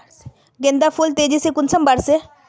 गेंदा फुल तेजी से कुंसम बार से?